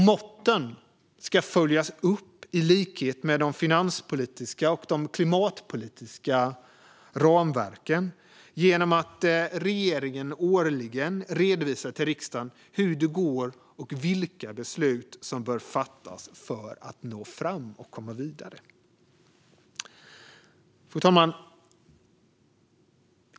Måtten ska följas upp i likhet med de finanspolitiska och klimatpolitiska ramverken, det vill säga genom att regeringen årligen redovisar till riksdagen hur det går och vilka beslut som bör fattas för att man ska nå fram och komma vidare. Fru talman!